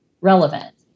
relevant